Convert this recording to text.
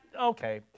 Okay